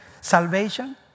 salvation